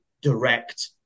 direct